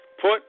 put